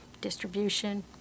distribution